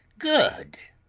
good!